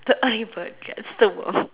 the early bird gets the worm